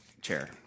chair